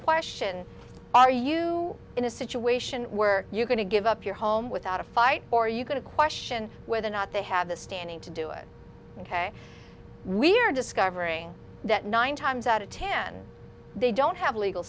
question are you in a situation where you're going to give up your home without a fight or are you going to question whether or not they have the standing to do it ok we're discovering that nine times out of ten they don't have legal